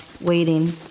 waiting